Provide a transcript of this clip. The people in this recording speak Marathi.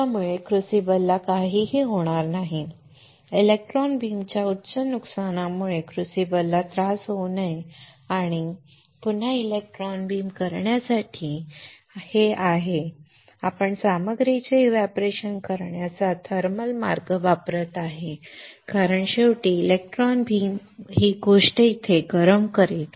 त्यामुळे क्रुसिबलला काहीही होणार नाही इलेक्ट्रॉन बीमच्या उच्च नुकसानामुळे क्रूसिबलला त्रास होऊ नये आणि पुन्हा इलेक्ट्रॉन बीम करण्यासाठी हे आहे की आपण सामग्रीचे एव्हपोरेशन करण्याचा थर्मल मार्ग वापरत आहोत कारण शेवटी इलेक्ट्रॉन बीम ही गोष्ट इथे गरम करेल